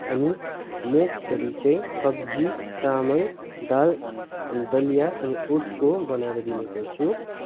अनि म खिचडी चाहिँ सब्जी चामल दाल अनि दलिया अनि ओट्सको बनाएर दिने गर्छु